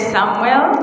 Samuel